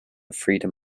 freedom